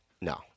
No